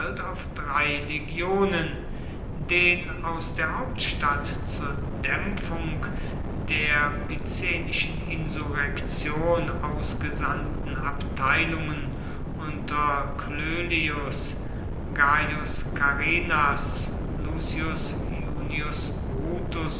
auf drei legionen den aus der hauptstadt zur dämpfung der picenischen insurrektion ausgesandten abteilungen unter cloelius gaius carrinas lucius iunius brutus